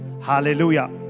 Hallelujah